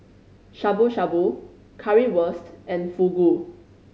Shabu Shabu Currywurst and Fugu